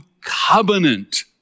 covenant